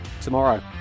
tomorrow